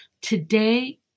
Today